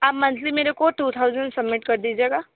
आप मंथली मेरे को टू थॉज़ेंट सबमिट कर दीजिएगा